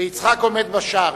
ויצחק עומד בשער.